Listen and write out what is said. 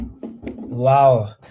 wow